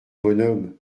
bonhomme